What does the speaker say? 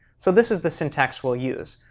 so this is the syntax we'll use.